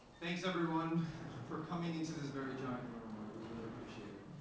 thanks everyone for coming into this very giant room. i, we really appreciate it.